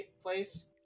place